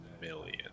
million